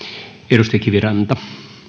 arvoisa puhemies